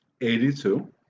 82